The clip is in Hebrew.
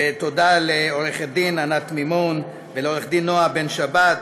ותודה לעורכת-דין ענת מימון ולעורכת-דין נועה בן-שבת,